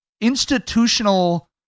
institutional